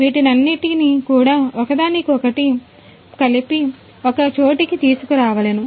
వీటన్నిటినీ కూడా ఒకదానికొకటి కలిపి ఒక చోటికి తీసుకురావలెను